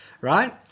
right